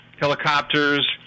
helicopters